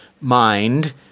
mind